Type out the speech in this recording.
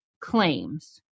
claims